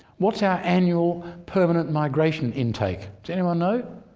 what's our annual permanent migration intake? does anyone know?